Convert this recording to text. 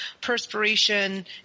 perspiration